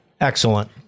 Excellent